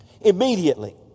Immediately